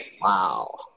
Wow